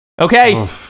Okay